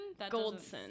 Goldson